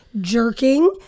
jerking